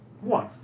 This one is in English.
one